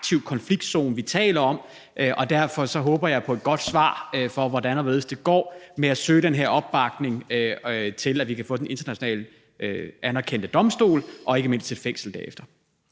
konfliktzone, vi taler om. Derfor håber jeg på et godt svar på, hvordan det går med at søge den her opbakning til, at vi kan få sådan en internationalt anerkendt domstol – og ikke mindst et fængsel derefter.